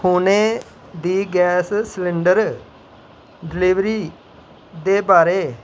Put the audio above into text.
उ'नें दी gas cylinder delivery दे बारे